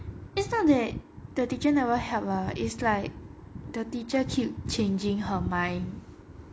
it's not that the teacher never help ah it's like the teacher keep changing her mind